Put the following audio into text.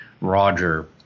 Roger